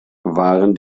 waren